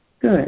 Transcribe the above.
Good